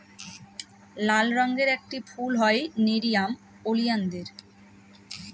লাল রঙের একটি ফুল হয় নেরিয়াম ওলিয়ানদের